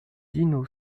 dino